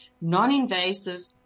non-invasive